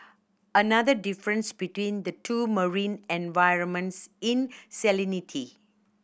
another difference between the two marine environments in salinity